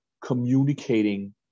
communicating